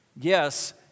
Yes